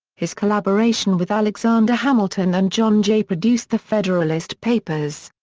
his collaboration with alexander hamilton and john jay produced the federalist papers.